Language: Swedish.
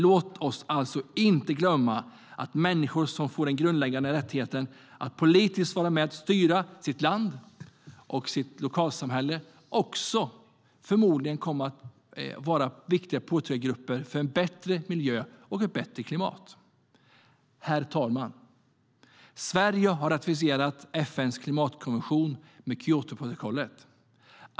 Låt oss alltså inte glömma att människor som får den grundläggande rättigheten att politiskt vara med och styra sitt land och sitt lokalsamhälle också förmodligen kommer att vara viktiga påtryckargrupper för en bättre miljö och ett bättre klimat. Herr talman! Sverige har ratificerat FN:s klimatkonvention med Kyotoprotokollet.